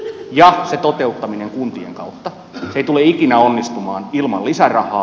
sen toteuttaminen kuntien kautta ei tule ikinä onnistumaan ilman lisärahaa